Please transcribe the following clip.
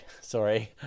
sorry